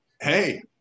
hey